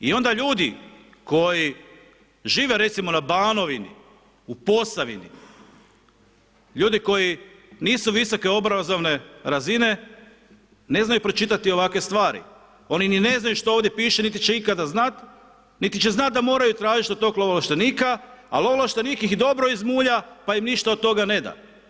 I onda ljudi, koji žive recimo na Banovini, u Posavini, ljudi koji nisu visoke obrazovne razine, ne znaju pročitati ovakve stvari, oni ni ne znaju što ovdje piše niti će ikada znat, niti će znat da moraju tražiti od tog lovoovlaštenika ali ovlaštenik ih dobro izmulja, pa im ništa od toga ne da.